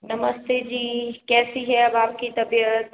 नमस्ते जी कैसी है अब आपकी तबियत